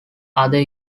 other